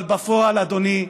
אבל בפועל, אדוני,